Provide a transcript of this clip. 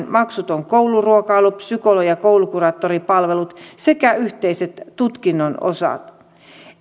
maksuton kouluruokailu psykologin ja koulukuraattorin palvelut sekä yhteiset tutkinnon osat